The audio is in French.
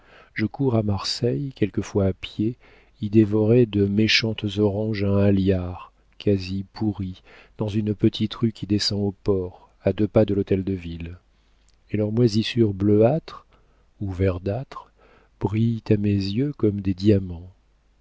je cours à marseille quelquefois à pied y dévorer de méchantes oranges à un liard quasi pourries dans une petite rue qui descend au port à deux pas de l'hôtel-de-ville et leurs moisissures bleuâtres ou verdâtres brillent à mes yeux comme des diamants